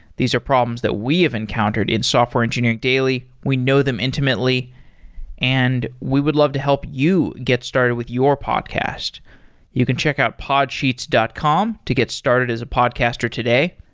these are problems that we have encountered in software engineering daily. we know them intimately and we would love to help you get started with your podcast you can check out podsheets dot com to get started as a podcaster today.